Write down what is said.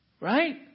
Right